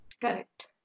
Correct